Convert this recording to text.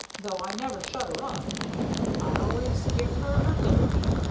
though i never shut her up i always give her her liberty.